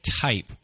type